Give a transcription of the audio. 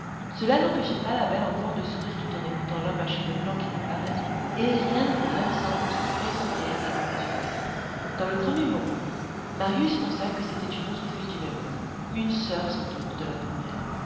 cela n'empêchait pas la belle enfant de sourire tout en écoutant l'homme à cheveux blancs qui lui parlait et rien n'était ravissant comme ce frais sourire avec des yeux baissés dans le premier moment marius pensa que c'était une autre fille du même homme une soeur sans doute de la première